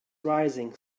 rising